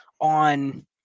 on